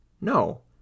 No